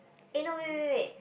eh no wait wait wait